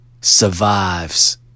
survives